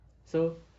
so